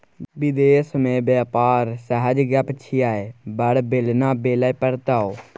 विदेश मे बेपार सहज गप छियै बड़ बेलना बेलय पड़तौ